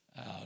out